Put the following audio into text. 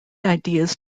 ideas